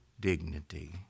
dignity